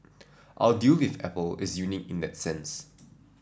our deal with Apple is unique in that sense